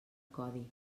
codi